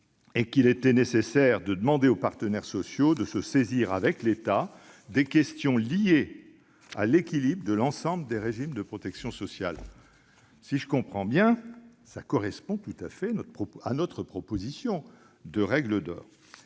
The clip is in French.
», il a jugé nécessaire de demander aux partenaires sociaux de « se saisir, avec l'État, des questions liées à l'équilibre de l'ensemble des régimes de protection sociale ». Si je comprends bien, cela correspond tout à fait à notre proposition de règle d'or